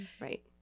right